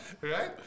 Right